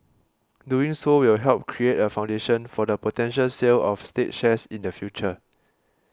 doing so will help create a foundation for the potential sale of state shares in the future